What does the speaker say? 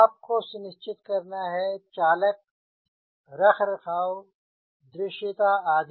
आपको सुनिश्चित करना है चालक रखरखाव दृश्यता इत्यादि